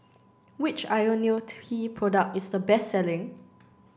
which Ionil T product is the best selling